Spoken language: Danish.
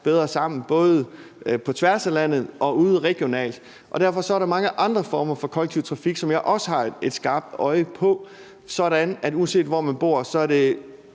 bedre sammen, både på tværs af landet og ude regionalt, og derfor er der mange andre former for kollektiv trafik, som jeg også har et skarpt øje på, sådan at uanset hvor man bor, er det